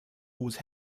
whose